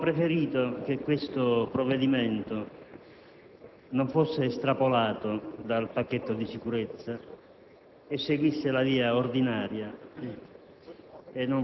Signor Presidente, signor Ministro, nella